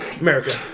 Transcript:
America